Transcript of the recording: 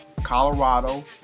Colorado